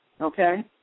okay